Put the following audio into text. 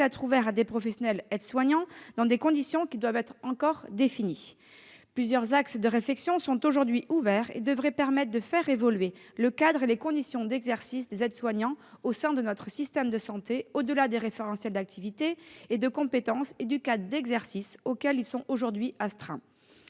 être ouvert à des professionnels aides-soignants dans des conditions qui doivent encore être définies. Plusieurs axes de réflexion sont aujourd'hui ouverts et devraient permettre de faire évoluer le cadre et les conditions d'exercice des aides-soignants au sein de notre système de santé, au-delà des référentiels d'activité et de compétence et du cadre d'exercice auxquels ils sont aujourd'hui astreints.